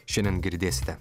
šiandien girdėsite